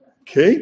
Okay